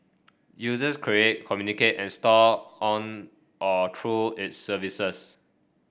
users create communicate and store on or through its services